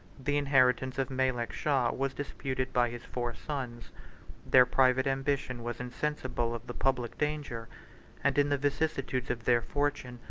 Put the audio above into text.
the inheritance of malek shaw was disputed by his four sons their private ambition was insensible of the public danger and, in the vicissitudes of their fortune,